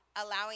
allowing